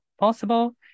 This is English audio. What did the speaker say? possible